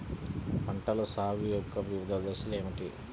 పంటల సాగు యొక్క వివిధ దశలు ఏమిటి?